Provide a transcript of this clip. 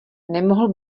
nemohl